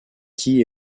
qui